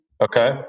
okay